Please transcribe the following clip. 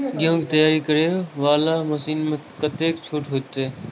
गेहूं तैयारी करे वाला मशीन में कतेक छूट होते?